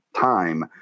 time